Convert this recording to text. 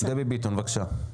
דבי ביטון, בבקשה.